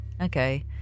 Okay